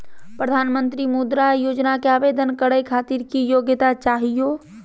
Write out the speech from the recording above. प्रधानमंत्री मुद्रा योजना के आवेदन करै खातिर की योग्यता चाहियो?